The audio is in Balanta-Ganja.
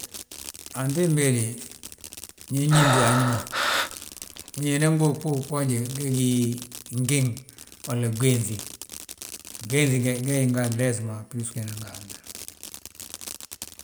Antimbi he de, ño inñiti wi a ñi ma, ñe inan ɓuu, ɓuu gboonje, ge gí ngiŋ, walla gwénŧi, gwénŧ ge gee nga anles ma bilisgo inan gaa ales